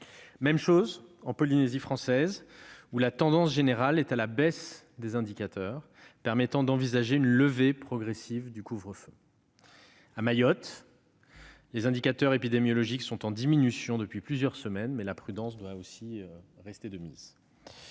de décès. En Polynésie française, la tendance générale est également à la baisse des indicateurs, permettant d'envisager une levée progressive du couvre-feu. À Mayotte, les indicateurs épidémiologiques sont en diminution depuis plusieurs semaines, mais la prudence doit rester de mise.